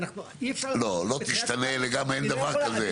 לא, לא תשתנה לגמרי אין דבר כזה.